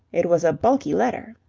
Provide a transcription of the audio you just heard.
it was a bulky letter.